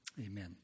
Amen